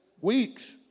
weeks